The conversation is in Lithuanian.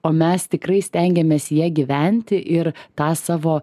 o mes tikrai stengiamės ja gyventi ir tą savo